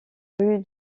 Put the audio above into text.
rues